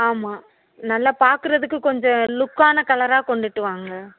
ஆமாம் நல்லா பார்க்குறதுக்கு கொஞ்சம் லுக்கான கலராக கொண்டுகிட்டு வாங்க